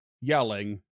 yelling